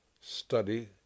study